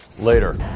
Later